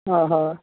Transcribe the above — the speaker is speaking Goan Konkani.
आं हय